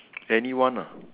anyone ah